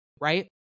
right